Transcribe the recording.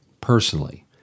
personally